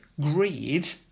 greed